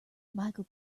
michael